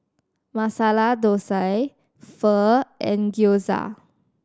Masala Dosa Pho and Gyoza